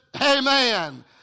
Amen